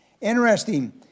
Interesting